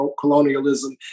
colonialism